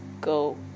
go